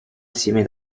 assieme